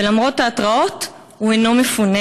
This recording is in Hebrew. ולמרות ההתראות הוא אינו מפונה.